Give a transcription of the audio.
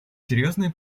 серьезные